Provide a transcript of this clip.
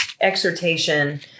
exhortation